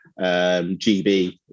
GB